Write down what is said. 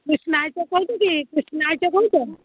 କୃଷ୍ଣା କହୁଛ କି କୃଷ୍ଣା କହୁଛ